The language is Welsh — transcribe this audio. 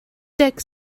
deg